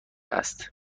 است